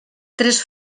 tres